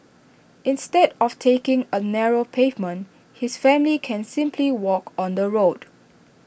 instead of taking A narrow pavement his family can simply walk on the road